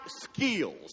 skills